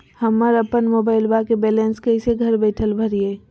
हमरा अपन मोबाइलबा के बैलेंस कैसे घर बैठल भरिए?